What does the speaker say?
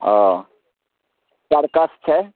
ओ circus छै